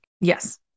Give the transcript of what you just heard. Yes